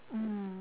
mm